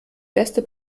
beste